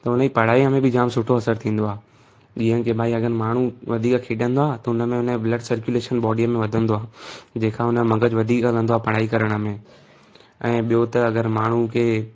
त हुनजी पढ़ाईअ में बि जाम सुठो असरु थींदो आहे जीअं की भई अगरि माण्हू वधीक खेॾंदो आहे त हुन में हुनजो ब्लड सरक्युलेशन बॉडीअ में वधंदो आहे जंहिंखां हुनजो मग़ज़ु वधीक कंदो आहे पढ़ाई करण में ऐं ॿियो त अगरि माण्हूअ खे